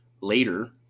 later